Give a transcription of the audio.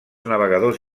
navegadors